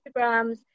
Instagrams